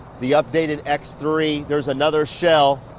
the updated x three. there's another shell,